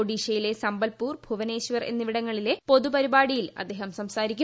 ഒഡീഷയിലെ സമ്പൽപൂർ ഭുവനേശ്വർ എന്നിവിടങ്ങളിലെ പൊതു പരിപാടിയിൽ അദ്ദേഹം സംസാരിക്കും